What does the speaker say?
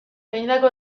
egindako